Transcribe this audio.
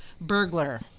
Burglar